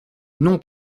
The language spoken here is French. non